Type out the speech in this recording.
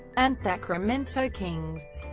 and sacramento kings,